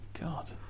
god